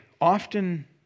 often